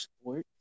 sports